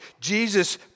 Jesus